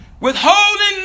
withholding